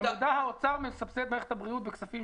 במודע האוצר מסבסד את מערכת הבריאות בכספים